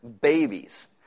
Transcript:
babies